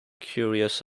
curious